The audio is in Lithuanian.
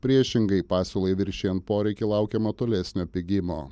priešingai pasiūlai viršijant poreikį laukiama tolesnio pigimo